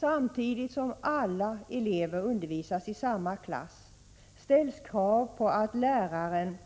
Samtidigt som alla elever undervisas i samma klass ställs krav på att läraren